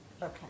Okay